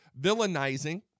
villainizing